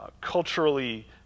culturally